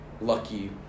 lucky